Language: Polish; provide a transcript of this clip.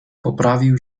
poprawił